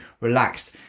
relaxed